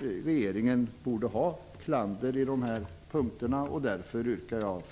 Regeringen borde få klander på dessa punkter, och därför yrkar jag